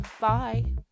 bye